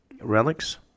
relics